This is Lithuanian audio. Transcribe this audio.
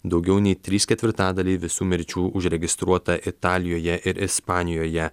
daugiau nei trys ketvirtadaliai visų mirčių užregistruota italijoje ir ispanijoje